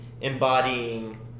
embodying